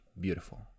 beautiful